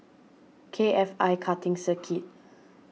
K F I Karting Circuit